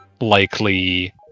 likely